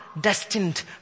destined